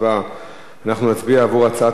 אנחנו נצביע על הצעת חוק השאלת ספרי